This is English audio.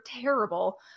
terrible